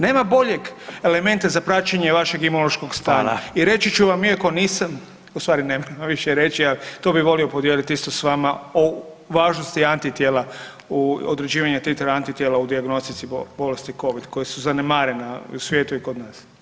Nema boljeg elementa za praćenje vašeg imunološkog stanja [[Upadica: Hvala.]] I reći ću vam, iako nisam, ustvari ne mogu više reći, ali tu bi volio podijeliti isto s vama, o važnosti antitijela u određivanju titar antitijela u dijagnostici bolesti Covid koji su zanemarena u svijetu i kod nas.